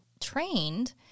trained